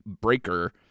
breaker